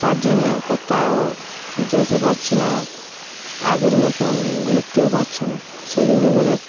তার জন্য কোথাও যেতে পারছি না আগের মতন ঘুরতেও পারছি না সেই জন্য করে